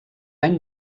any